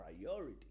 priority